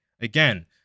again